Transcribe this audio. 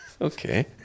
Okay